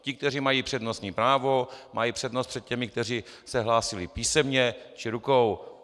Ti, kteří mají přednostní právo, mají přednost před těmi, kteří se hlásili písemně či rukou.